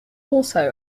also